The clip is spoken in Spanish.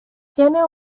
tiene